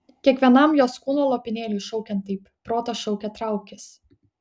kiekvienam jos kūno lopinėliui šaukiant taip protas šaukė traukis